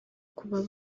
kuba